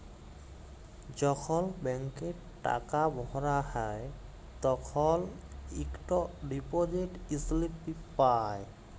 যখল ব্যাংকে টাকা ভরা হ্যায় তখল ইকট ডিপজিট ইস্লিপি পাঁই